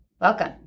Welcome